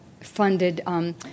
funded